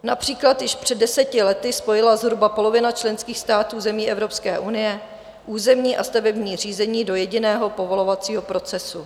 Například již před deseti lety spojila zhruba polovina členských států zemí EU územní a stavební řízení do jediného povolovacího procesu.